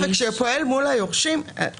וכשהוא פועל מול היורשים --- ואם הוא לא מגיש?